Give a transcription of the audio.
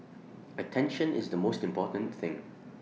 attention is the most important thing